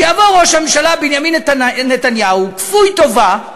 שיבוא ראש הממשלה בנימין נתניהו, כפוי טובה,